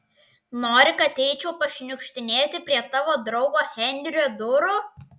nori kad eičiau pašniukštinėti prie tavo draugo henrio durų